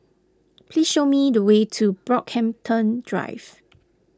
please show me the way to Brockhampton Drive